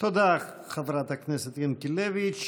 תודה, חברת הכנסת ינקלביץ'.